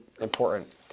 important